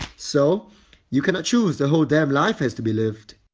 so you cannot choose a whole damn life has to be lived.